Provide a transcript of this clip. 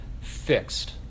fixed